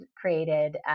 created